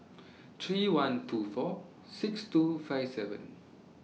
three one two four six two five seven